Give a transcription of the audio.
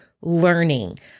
learning